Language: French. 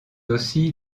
aussi